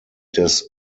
des